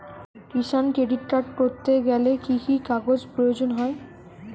কিষান credit card করতে গেলে কি কি কাগজ প্রয়োজন হয়?